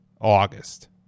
August